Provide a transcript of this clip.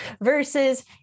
versus